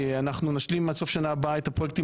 אנחנו נשלים עד סוף השנה הבאה את הפרויקטים